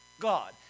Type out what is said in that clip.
God